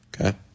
Okay